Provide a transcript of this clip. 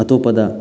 ꯑꯇꯣꯞꯄꯗ